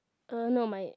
uh no my